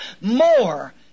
more